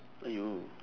!aiyo!